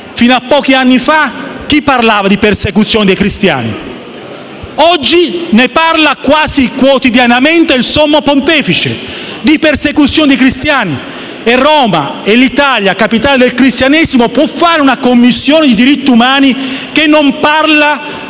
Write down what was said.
fino a pochi anni fa, chi parlava di persecuzione dei cristiani? Oggi, quasi quotidianamente, ne parla il Sommo Pontefice di persecuzione dei cristiani. E Roma e l'Italia, capitale del cristianesimo, può fare una Commissione sui diritti umani che non parla